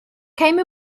came